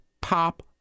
pop